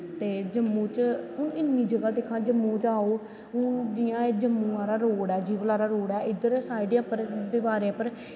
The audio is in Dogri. ते हून जम्मू च दिक्खोआं इन्नियां जगां जम्मू च हून जियां जम्मू आह्ला रोड़ ऐ जिवल आह्ला रोड़ ऐ इद्दर साई डें पर दिवारें पर